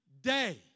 day